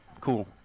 Cool